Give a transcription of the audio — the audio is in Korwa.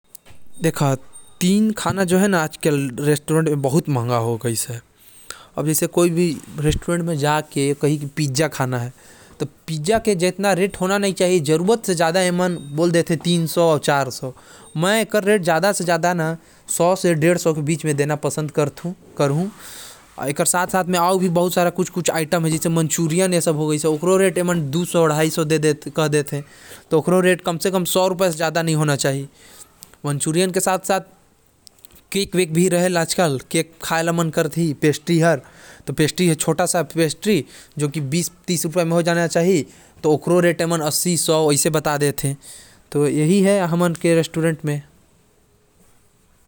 आजकल के रेस्टोरेंट म पिज़्ज़ा बहुते महंगा होगईस हवे जेकर कीमत सौ से डेढ़ सौ हवे ओके साढ़े तीन सौ माँगथे। दूसरा हवे मंचूरियन जेकर सौ रुपया होना चाही तो ओके दु सौ से ढाई सौ बोलथे। तीसरा होथे चोट वाला केक जेके पचास रुपए लेना चाही तो सौ-डेढ़ सौ रुपए लेथे।